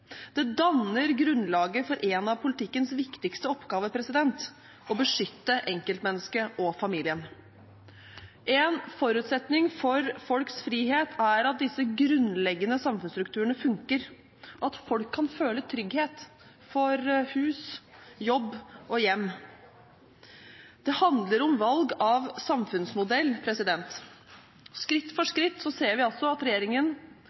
Det danner grunnlaget for en av politikkens viktigste oppgaver – å beskytte enkeltmennesket og familien. En forutsetning for folks frihet er at disse grunnleggende samfunnsstrukturene funker – at folk kan føle trygghet for hus, jobb og hjem. Det handler om valg av samfunnsmodell. Vi ser at regjeringen fører en politikk som skritt for skritt